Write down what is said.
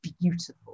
beautiful